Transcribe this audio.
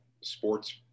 sports